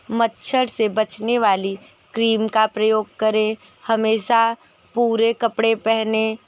मच्छर से बचने वाली क्रीम का प्रयोग करें हमेशा पूरे कपड़े पहनें